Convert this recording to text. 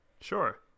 sure